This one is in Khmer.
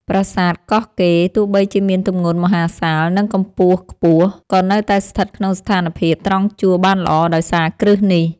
ប្រាសាទកោះកេរទោះបីជាមានទម្ងន់មហាសាល និង កម្ពស់ខ្ពស់ ក៏នៅតែស្ថិតក្នុងស្ថានភាពត្រង់ជួរបានល្អដោយសារគ្រឹះនេះ។